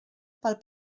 pel